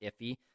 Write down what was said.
iffy